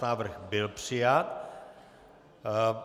Návrh byl přijat.